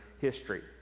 history